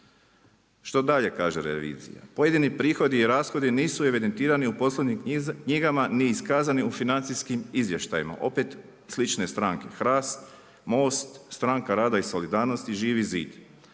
Što dalje kaže revizija? Pojedini prihodi i rashodi nisu evidentirani u poslovnim knjigama ni iskazani u financijskim izvještajima, opet slične stranke HRAST, Most, Stranka rada i solidarnosti, Živi zid.